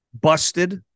busted